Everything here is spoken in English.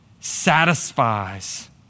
satisfies